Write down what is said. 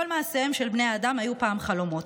כל מעשיהם של בני האדם היו פעם חלומות,